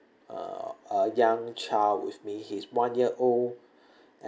a a young child with me he's one year old